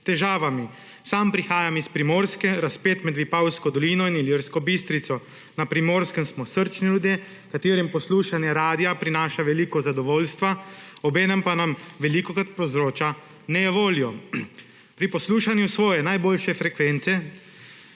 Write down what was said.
težavami. Sam prihajam s Primorske, razpet med Vipavsko dolino in Ilirsko Bistrico. Na Primorskem smo srčni ljudje, katerim poslušanje radia prinaša veliko zadovoljstva, obenem pa nam velikokrat povzroča nejevoljo. Pri poslušanju svoje najboljše frekvence